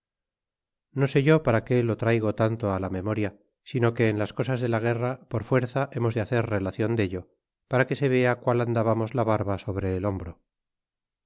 no sé yo para qué lo traigo tanto la memoria sino que en las cosas de la guerra por fuerza hemos de hacer relacion dello para que se vea qul andábamos la barba sobre el hombro